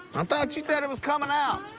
um thought you said it was coming out.